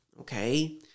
Okay